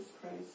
Christ